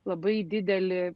labai didelį